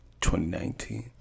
2019